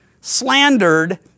slandered